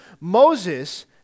Moses